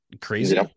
Crazy